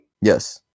Yes